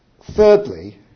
Thirdly